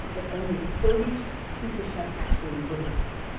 but only thirty two percent actually look at them.